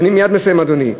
אני מייד מסיים, אדוני.